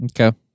Okay